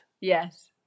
yes